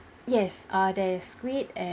yes ah there is squid a~